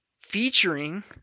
featuring